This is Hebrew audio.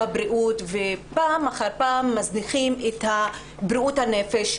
בבריאות ופעם אחר פעם מזניחים את בריאות הנפש,